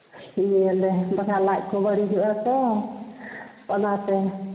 ᱵᱟᱠᱷᱟᱱ ᱞᱟᱡ ᱠᱚ ᱵᱟᱹᱲᱤᱡᱚᱜᱼᱟ ᱛᱚ ᱚᱱᱟᱛᱮ